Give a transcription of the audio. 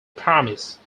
promised